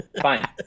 Fine